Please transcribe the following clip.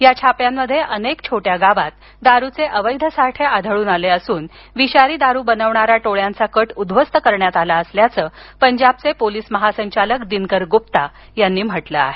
या छाप्यांमध्ये अनेक छोट्या गावात दारूचे अवैध साठे आढळून आले असून विषारी दारू बनवणाऱ्या टोळ्याचा कट उध्वस्त करण्यात आला असल्याचं पंजाबचे पोलीस महासंचालक दिनकर गुप्ता यांनी म्हटलं आहे